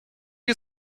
you